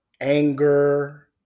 anger